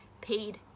paid